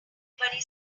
everybody